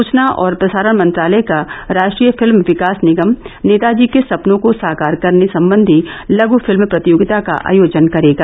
सुचना और प्रसारण मंत्रालय का राष्ट्रीय फिल्म विकास निगम नेताजी के सपनों को साकार करने सम्बन्धी लघ् फिल्म प्रतियोगिता का आयोजन करेगा